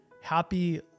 happy